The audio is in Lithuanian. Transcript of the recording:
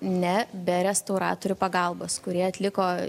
ne be restauratorių pagalbos kurie atliko